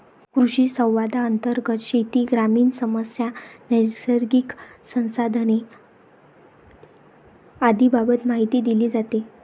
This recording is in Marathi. कृषिसंवादांतर्गत शेती, ग्रामीण समस्या, नैसर्गिक संसाधने आदींबाबत माहिती दिली जाते